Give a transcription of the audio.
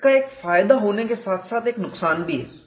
इसका एक फायदा होने के साथ साथ एक नुकसान भी है